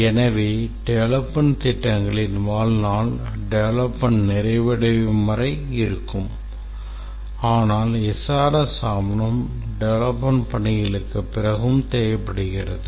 எனவே development திட்டங்களின் வாழ்நாள் development நிறைவடையும் வரை இருக்கும் ஆனால் SRS ஆவணம் development பணிகளுக்குப் பிறகும் தேவைப்படுகிறது